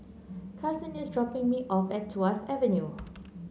Kason is dropping me off at Tuas Avenue